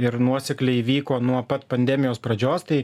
ir nuosekliai vyko nuo pat pandemijos pradžios tai